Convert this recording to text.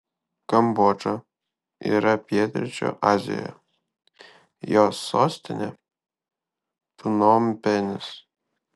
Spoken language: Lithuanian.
kambodža yra pietryčių azijoje jos sostinė pnompenis